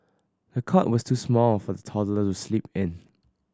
the cot was too small for the toddler to sleep in